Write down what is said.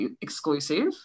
exclusive